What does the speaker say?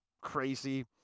crazy